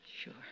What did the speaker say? Sure